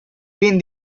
been